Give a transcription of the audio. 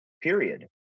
Period